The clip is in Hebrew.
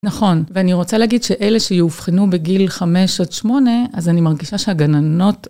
נכון, ואני רוצה להגיד שאלה שיאובחנו בגיל 5 עד 8, אז אני מרגישה שהגננות...